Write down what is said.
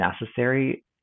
necessary